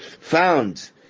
found